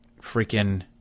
freaking